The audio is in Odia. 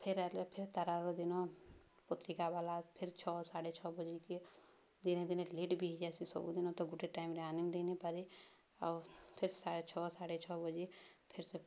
ଫେର୍ ଆଲେ ଫେର୍ ତା'ର୍ ଆଗ ଦିନ ପତ୍ରିକା ବାଲା ଫେର୍ ଛଅ ସାଢ଼େ ଛଅ ବଜେକେ ଦିନେ ଦିନେ ଲେଟ୍ ବି ହେଇଯାସି ସବୁଦିନ ତ ଗୁଟେ ଟାଇମ୍ରେ ଆନି ଦେଇନପାରେ ଆଉ ଫେର୍ ସା ଛଅ ସାଢ଼େ ଛଅ ବଜେ ଫେର୍ ସେ